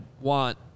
want